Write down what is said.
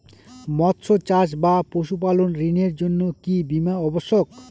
মৎস্য চাষ বা পশুপালন ঋণের জন্য কি বীমা অবশ্যক?